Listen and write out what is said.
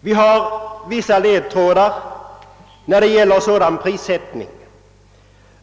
Vi har vissa ledtrådar när det gäller sådan prissättning.